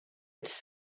its